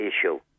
issue